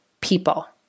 people